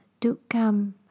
Dukam